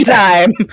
time